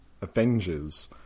Avengers